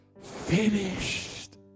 finished